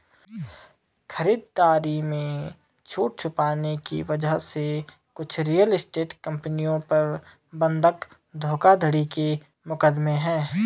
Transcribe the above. खरीदारी में छूट छुपाने की वजह से कुछ रियल एस्टेट कंपनियों पर बंधक धोखाधड़ी के मुकदमे हैं